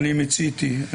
אני מיציתי.